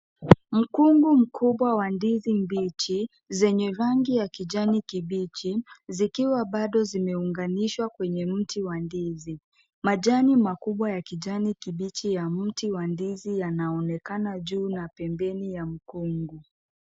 Mkungu mkubwa wa ndizi mbichi zenye rangi ya kijani kibichi zikiwa bado zimeunganishwa kwenye mti wa ndizi . Majani makubwa ya kijani kibichi ya mti wa ndizi yanaonekana juu ya pempeni ya mkungu.